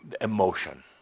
Emotion